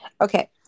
Okay